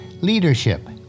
leadership